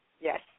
yes